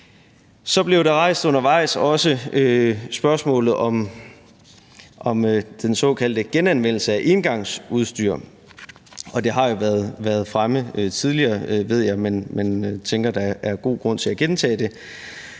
også rejst spørgsmålet om den såkaldte genanvendelse af engangsudstyr. Det har jo været fremme tidligere, ved jeg, men jeg tænker, at der er god grund til at gentage det.